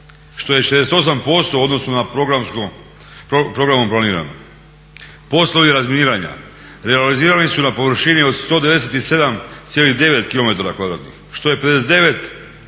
što je 68% u odnosu na programom planirano. Poslovi razminiranja realizirani su na površini od 197,9 km kvadratnih,